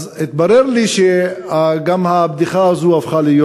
אז התברר לי שגם הבדיחה הזאת הפכה להיות,